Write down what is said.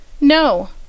No